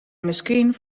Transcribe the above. miskien